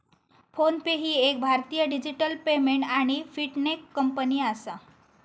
phone पे ही एक भारतीय डिजिटल पेमेंट आणि फिनटेक कंपनी आसा